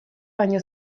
baino